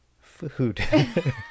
Food